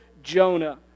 Jonah